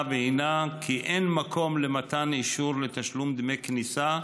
והינה כי אין מקום למתן אישור לתשלום דמי כניסה,